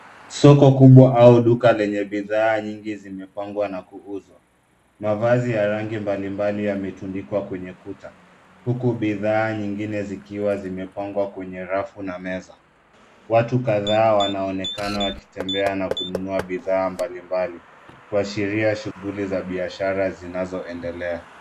Soko kubwa au duka lenye bidhaa nyingi zimepangwa na kuuzwa .Mavazi ya rangi mbalimbali yametundikwa kwenye kuta huku bidhaa nyingine zikiwa zimepangwa kwenye rafu na meza. Watu kadhaa wanaonekana wakitembea na kununua bidhaa mbalimbali kuashiria shughuli za biashara zinazoendelea.